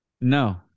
No